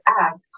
act